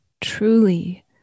truly